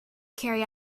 carry